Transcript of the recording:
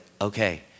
okay